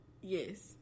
yes